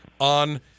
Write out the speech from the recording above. on